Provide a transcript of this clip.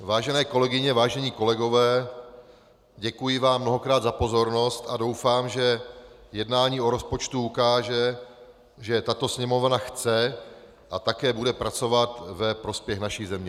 Vážené kolegyně, vážení kolegové, děkuji vám mnohokrát za pozornost a doufám, že jednání o rozpočtu ukáže, že tato Sněmovna chce a také bude pracovat ve prospěch naší země.